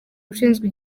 ushinzwe